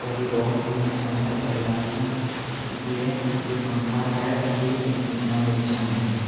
और ये बहुत धीरे से पंखा चल रहा है इस लिए ये पंखा है तो ठीक लेकिन इतना भी अच्छा नहीं है